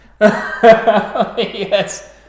Yes